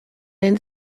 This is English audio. and